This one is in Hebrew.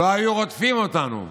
לא היו רודפים אותנו.